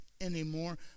anymore